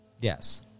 Yes